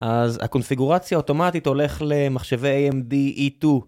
אז הקונפיגורציה אוטומטית הולך למחשבי AMD E2